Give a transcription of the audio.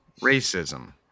Racism